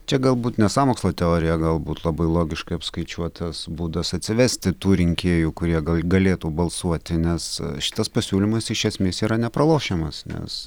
čia galbūt ne sąmokslo teorija galbūt labai logiškai apskaičiuotas būdas atsivesti tų rinkėjų kurie gal galėtų balsuoti nes šitas pasiūlymas iš esmės yra nepralošiamas nes